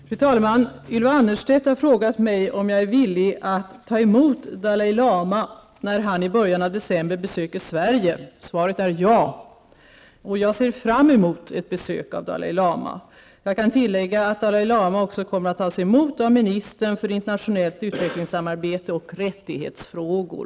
Fru talman! Ylva Annerstedt har frågat mig om jag är villig att ta emot Dalai Lama när han i början av december besöker Sverige. Svaret är ja. Jag ser fram emot ett besök av Dalai Lama. Jag kan tillägga att Dalai Lama också kommer att tas emot av ministern för internationellt utvecklingssamarbete och rättighetsfrågor.